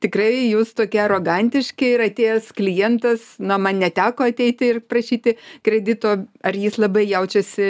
tikrai jūs tokie arogantiški ir atėjęs klientas na man neteko ateiti ir prašyti kredito ar jis labai jaučiasi